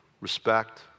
respect